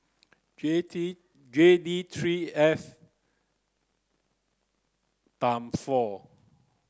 J D J D three F ten four